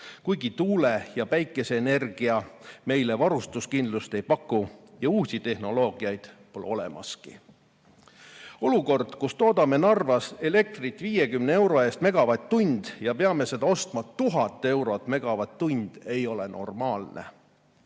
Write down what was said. kuigi tuule- ja päikeseenergia meile varustuskindlust ei paku ja uusi tehnoloogiaid pole olemaski. Olukord, kus toodame Narvas elektrit 50 euro eest megavatt-tund ja peame seda ostma 1000 eurot megavatt-tund, ei ole normaalne. Mitte